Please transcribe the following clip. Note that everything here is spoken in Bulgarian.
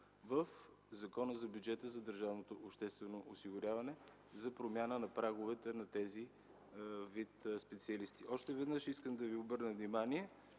в Закона за бюджета на държавното обществено осигуряване за промяна на праговете на този вид специалисти. Още веднъж искам да ви обърна внимание